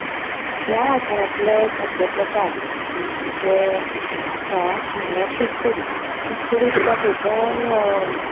ह्या वाठारांतले खाद्य प्रकार जे आसा म्हणल्यार शीतकडी शीतकडी तुका खंयच्याय